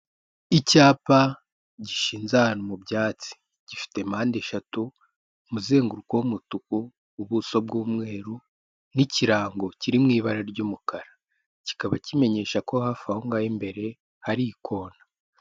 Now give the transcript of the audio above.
Icyapa gishinze ahantu mu byatsi. Gifite mpande eshatu, umuzenguruko w'umutuku, ubuso bw'umweru, n'ikirango kiri mu ibara ry'umukara. Kikaba kimenyesha ko hafi aho ngaho imbere hari ikona.